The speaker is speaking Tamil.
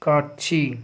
காட்சி